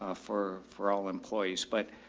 ah for, for all employees. but,